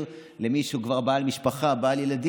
כעזרה למי שהוא כבר בעל משפחה וילדים,